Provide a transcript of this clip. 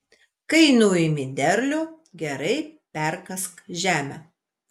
kai nuimi derlių gerai perkask žemę